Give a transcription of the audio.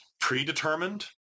predetermined